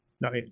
No